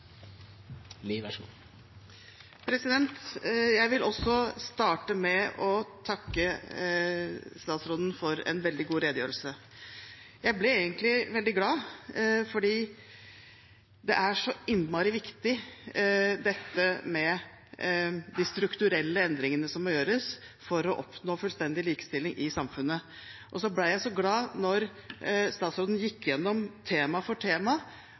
Jeg vil også starte med å takke statsråden for en veldig god redegjørelse. Jeg ble egentlig veldig glad, for det er så innmari viktig dette med de strukturelle endringene som må gjøres for å oppnå fullstendig likestilling i samfunnet. Jeg ble glad når statsråden gikk igjennom tema for